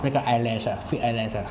那个 eyelash fake eyelash ah